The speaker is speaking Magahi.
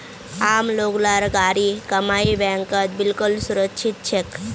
आम लोग लार गाढ़ी कमाई बैंकत बिल्कुल सुरक्षित छेक